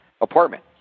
apartment